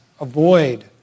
avoid